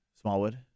Smallwood